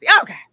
Okay